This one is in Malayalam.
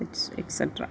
X etcetera